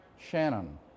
Shannon